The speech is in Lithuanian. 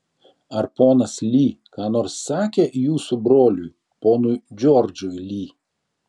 ar ponas li ką nors sakė jūsų broliui ponui džordžui li